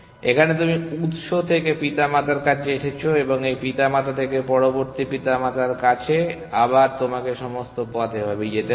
এখানে তুমি উত্স থেকে পিতামাতার কাছে এসেছো এবং এই পিতামাতা থেকে পরবর্তী পিতামাতার কাছে আবার তোমাকে সমস্ত পথ এভাবেই যেতে হবে